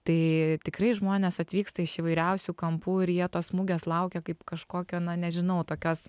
tai tikrai žmonės atvyksta iš įvairiausių kampų ir jie tos mugės laukia kaip kažkokio na nežinau tokios